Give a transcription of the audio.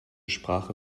sprache